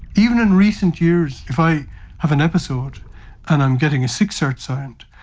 even in recent years, if i have an episode and i'm getting a sick cert signed,